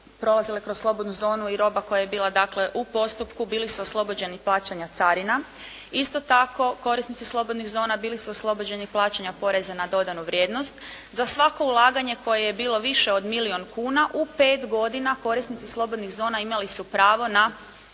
prolazile kroz slobodnu zonu i roba koja je bila dakle u postupku bili su oslobođeni plaćanja carina. Isto tako korisnici slobodnih zona bili su oslobođeni plaćanja poreza na dodanu vrijednost za svako ulaganje koje je bilo više od milijun kuna u 5 godina korisnici slobodnih zona imali su pravo na